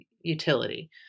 utility